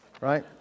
Right